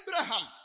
Abraham